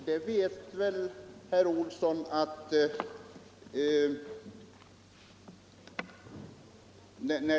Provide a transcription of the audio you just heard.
Herr talman!